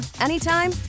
anytime